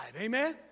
Amen